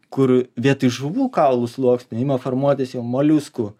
kur vietoj žuvų kaulų sluoksnių ima formuotis jau moliuskų